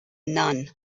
none